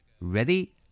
Ready